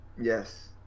Yes